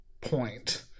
point